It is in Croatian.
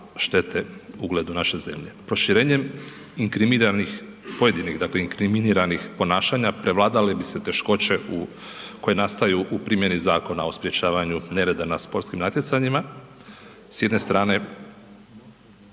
pojedinih, dakle inkriminiranih ponašanja prevladavale bi se teškoće u, koje nastaju u primjeni Zakona o sprječavanju nereda na sportskim natjecanjima, s jedne strane